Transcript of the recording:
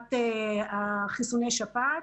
בעונת חיסוני שפעת,